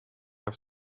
have